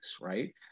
Right